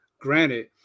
granted